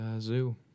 zoo